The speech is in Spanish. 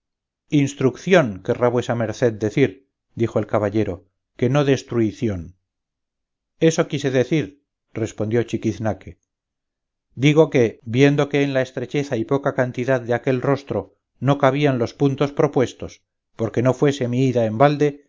destruición instrucción querrá vuesa merced decir dijo el caballero que no destruición eso quise decir respondió chiquiznaque digo que viendo que en la estrecheza y poca cantidad de aquel rostro no cabían los puntos propuestos porque no fuese mi ida en balde